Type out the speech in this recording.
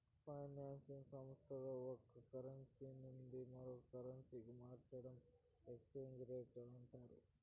finance సంస్థల్లో ఒక currency నుండి మరో కరెన్సీకి మార్చడాన్ని ఎక్స్చేంజ్ రేట్ అంటారు